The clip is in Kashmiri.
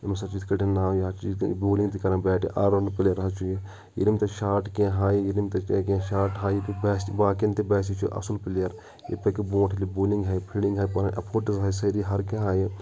أمِس حظ چھِ یتھ کٲٹھۍ ناو یہِ حظ چھِ بولِنٛگ تہِ کران بیٹِنٛگ تہِ آل رَونٛڈَر پٕلیر حظ چھِ یہِ ییٚلہِ یِم کِینٛہہ شاٹ کِینٛہہ ہایہِ ییٚلہِ یہِ تِم شاٹ ہایہِ باسہِ باقِیَن تہِ باسہِ یہِ چھُ اَصٕل پٕلیر یہِ پٕکِیو بُونٛٹھ ییٚلہِ یہِ بولِنٛگ ہایہِ فِلڈِنٛگ ہایہِ پنٕنۍ ایٚفوٹٕز ہاہہِ سٲرِی ہَر کِینٛہہ ہایہِ یہِ